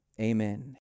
amen